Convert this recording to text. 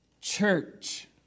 church